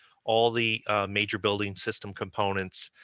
all the major building system components,